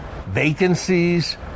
vacancies